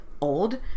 Old